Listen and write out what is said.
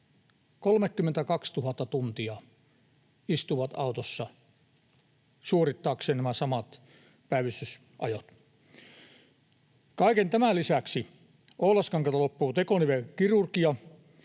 32 000 tuntia istuvat autossa suorittaakseen nämä samat päivystysajot. Kaiken tämän lisäksi Oulaskankaalta loppuu tekonivelkirurgia,